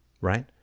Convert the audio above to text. right